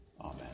Amen